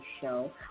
show